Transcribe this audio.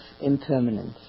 impermanence